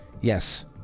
Yes